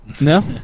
no